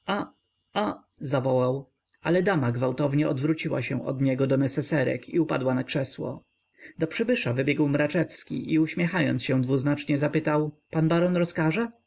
zawołał ale dama gwałtownie odwróciła się od niego do neseserek i upadła na krzesło do przybysza wybiegł mraczewski i uśmiechając się dwuznacznie zapytał pan baron rozkaże